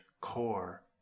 core